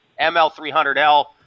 ML300L